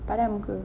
padan muka